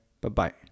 Bye-bye